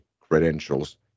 credentials